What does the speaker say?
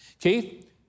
Keith